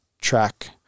Track